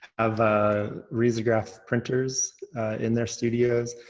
of risograph printers in their studios.